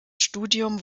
studium